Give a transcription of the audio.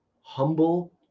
humble